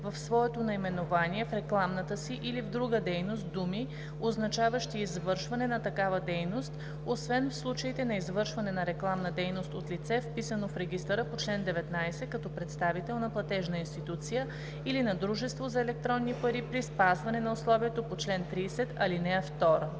в своето наименование, в рекламната си или в друга дейност думи, означаващи извършване на такава дейност, освен в случаите на извършване на рекламна дейност от лице, вписано в регистъра по чл. 19 като представител на платежна институция или на дружество за електронни пари, при спазване на условието по чл. 30, ал. 2.“